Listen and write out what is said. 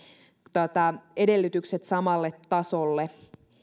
edellytykset samalle tasolle